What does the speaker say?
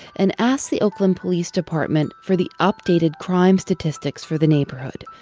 and asked the oakland police department for the updated crime statistics for the neighborhood.